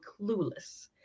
clueless